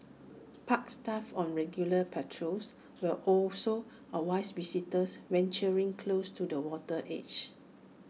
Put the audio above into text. park staff on regular patrols will also advise visitors venturing close to the water's edge